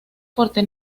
cuatro